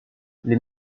les